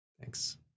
Thanks